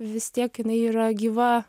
vis tiek jinai yra gyva